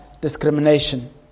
discrimination